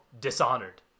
Dishonored